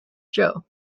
show